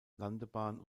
landebahn